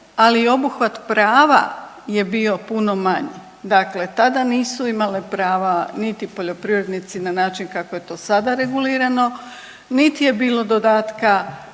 ali i obuhvat prava je bio puno manja. Dakle, tada nisu imale prava niti poljoprivrednici na način kako je to sada regulirano, niti je bilo dodatka